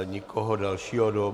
Nikoho dalšího do...